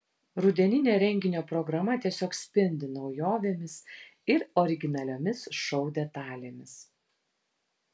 rudeninė renginio programa tiesiog spindi naujovėmis ir originaliomis šou detalėmis